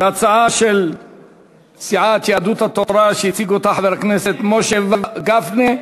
והצעה של סיעת יהדות התורה שהציג אותה חבר הכנסת משה גפני.